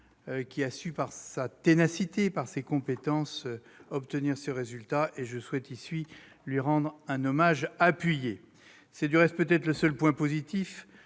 qui a su, par sa ténacité et ses compétences, obtenir ce résultat. Je souhaite ici lui rendre un hommage appuyé. Cette union constitue peut-être le seul point positif